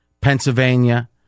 Pennsylvania